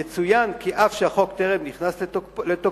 יצוין כי אף שהחוק טרם נכנס לתוקפו,